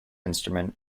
instrument